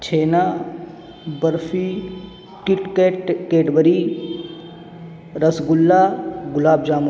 chhena barfi KitKat Cadbury rasgulla gulab jamun